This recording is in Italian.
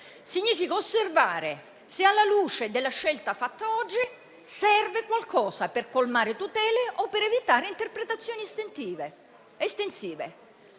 significa osservare se alla luce della scelta fatta oggi, serve qualcosa per colmare tutele o per evitare interpretazioni estensive.